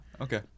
okay